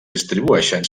distribueixen